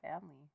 family